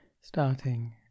starting